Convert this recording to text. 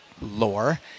Lore